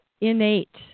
innate